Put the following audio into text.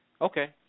Okay